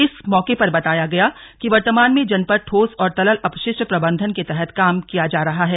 इस मौके पर बताया गया कि वर्तमान में जनपद ठोस और तरल अपशिष्ट प्रबन्धन के तहत काम किया जा रहा है